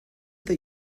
that